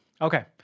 Okay